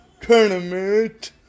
tournament